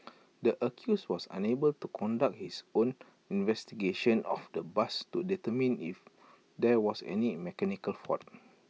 the accused was unable to conduct his own investigation of the bus to determine if there was any mechanical fault